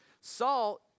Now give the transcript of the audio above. Saul